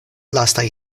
lastaj